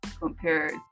compared